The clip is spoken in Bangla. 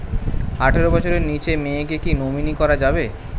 আঠারো বছরের নিচে মেয়েকে কী নমিনি করা যাবে?